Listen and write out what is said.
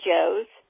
Joe's